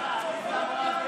מה איתך?